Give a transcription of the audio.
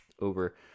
over